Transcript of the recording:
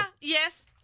yes